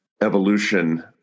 Evolution